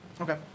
Okay